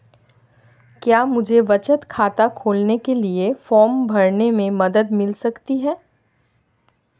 क्या मुझे बचत खाता खोलने के लिए फॉर्म भरने में मदद मिल सकती है?